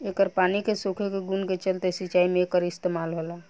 एकर पानी के सोखे के गुण के चलते सिंचाई में एकर इस्तमाल होला